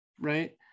right